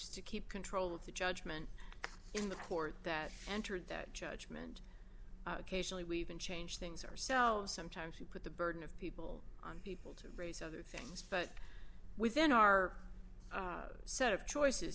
is to keep control of the judgment in the court that entered that judgment cation we've been changed things ourselves sometimes you put the burden of people on people to raise other things but within our set of choices